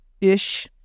ish